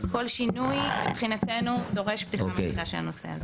וכל שינוי מבחינתנו דורש פתיחה מחודשת של הנושא הזה.